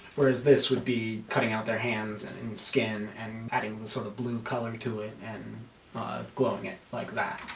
whereas this, would be cutting out their hands and skin and adding the sort of blue color to it and glowing it, like that